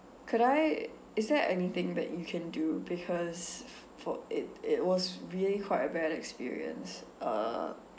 could I is there anything that you can do because for it it was really quite a bad experience uh